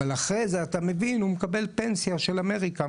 אבל אחרי זה הוא מקבל פנסיה של אמריקה,